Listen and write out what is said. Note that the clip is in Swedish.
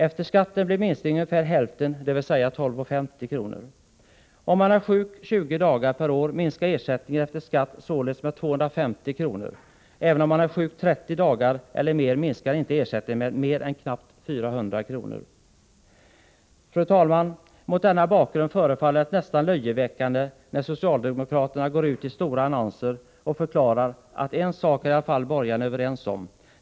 Efter skatt blir minskningen ungefär hälften, dvs. 12,50 kr. Om man är sjuk 20 dagar per år, minskar ersättning efter skatt således med 250 kr. Även om man är sjuk 30 dagar eller mer minskar inte ersättningen med mer än knappt 400 kr. Fru talman! Mot denna bakgrund förefaller det nästan löjeväckande när socialdemokraterna går ut och i stora annonser förklarar att ”en sak är i alla fall borgarna överens om.